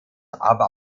aber